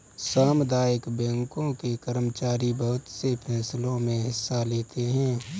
सामुदायिक बैंकों के कर्मचारी बहुत से फैंसलों मे हिस्सा लेते हैं